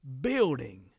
building